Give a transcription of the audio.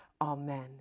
Amen